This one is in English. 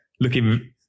looking